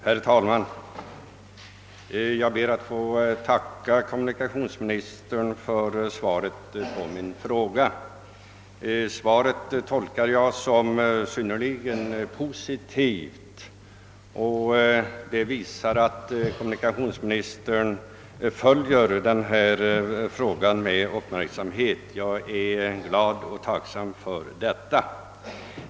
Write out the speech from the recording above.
Herr talman! Jag ber att få tacka kommunikationsministern för svaret på min fråga. Jag tolkar svaret som synnerligen positivt; det visar att kommunikationsministern följer denna fråga med uppmärksamhet, och det är jag glad och tacksam för.